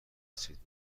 سیدنی